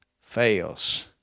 fails